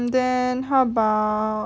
then how about